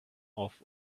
off